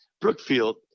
brookfield